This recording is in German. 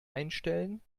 einstellen